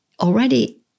already